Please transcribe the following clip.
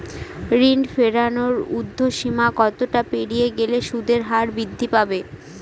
ঋণ ফেরানোর উর্ধ্বসীমা কতটা পেরিয়ে গেলে সুদের হার বৃদ্ধি পাবে?